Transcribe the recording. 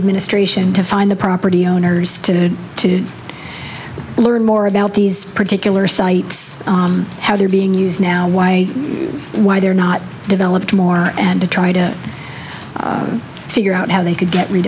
administration to find the property owners to to learn more about these particular sites how they're being used now why why they're not developed more and to try to figure out how they could get